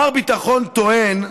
מר ביטחון טוען,